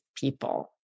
people